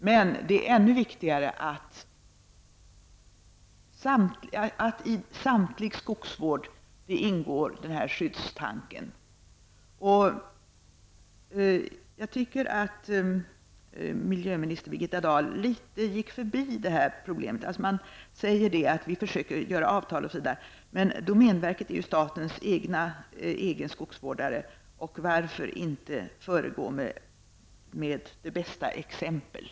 Men det är ännu viktigare att den här skyddstanken ingår i all skogsvård. Jag tycker att miljöminister Birgitta Dahl gick förbi det här problemet litet grand. Man säger att man försöker få till stånd avtal osv., men domänverket är ju statens egen skogsvårdare, och varför inte föregå med det bästa exemplet.